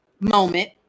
moment